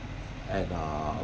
and uh